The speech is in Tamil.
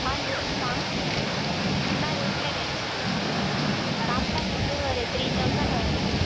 ஆ இருக்கும்மா என்னா ரேட்டில் வேணும் உங்களுக்கு க்ராம்ட்டன் வந்து ஒரு த்ரீ தௌசண்ட் வேணும்